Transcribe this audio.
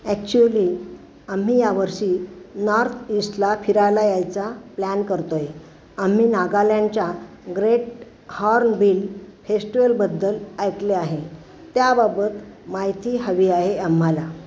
actually आम्ही यावर्षी north ईस्टला फिरायला यायचा प्लॅन करतो आहे आम्ही नागालँडच्या ग्रेट हॉर्नबिल फेश्टीलबद्दल ऐकले आहे त्याबाबत माहिती हवी आहे आम्हाला